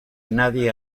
nadie